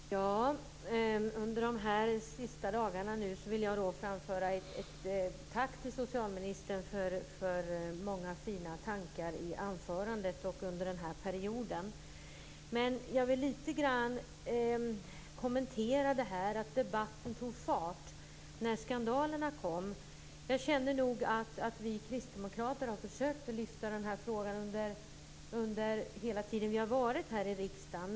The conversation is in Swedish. Fru talman! Under de här sista dagarna vill jag framföra ett tack till socialministern för många fina tankar i anförandet och under den här perioden. Men jag vill litet grand kommentera det här att debatten tog fart när skandalerna kom. Jag känner nog att vi kristdemokrater har försökt att lyfta den här frågan under hela den tid då vi har varit i riksdagen.